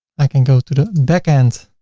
i can go to the backend,